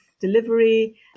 delivery